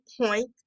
point